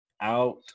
out